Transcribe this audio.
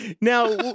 Now